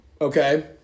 okay